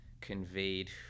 conveyed